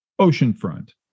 oceanfront